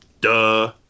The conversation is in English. Duh